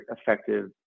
effective